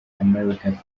american